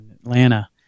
Atlanta